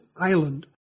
island